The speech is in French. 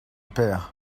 pêr